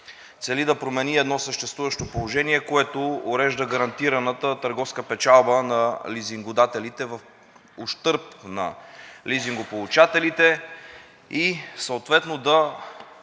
цели да промени едно съществуващо положение, което урежда гарантираната търговска печалба на лизингодателите в ущърб на лизингополучателите, и съответно да